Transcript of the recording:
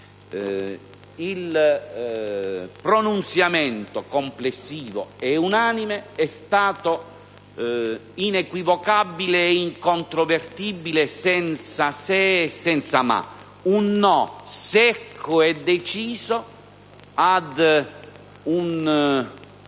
Il pronunziamento complessivo e unanime è stato inequivocabile e incontrovertibile, senza se e senza ma: un no secco e deciso ad un